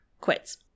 quits